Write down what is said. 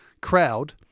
crowd